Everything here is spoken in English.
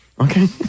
Okay